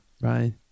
Right